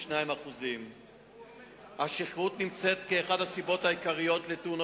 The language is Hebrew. היכן מדורג גורם השכרות בין גורמי התאונות?